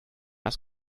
das